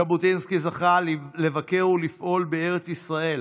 ז'בוטינסקי זכה לבקר ולפעול בארץ ישראל